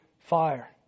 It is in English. fire